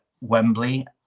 Wembley